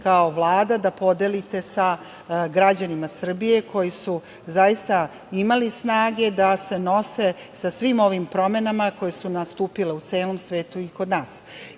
kao Vlada da podelite sa građanima Srbije koji su zaista imali snage da se nose sa svim ovim promenama koje su nastupile u celom svetu, pa i kod nas. Ono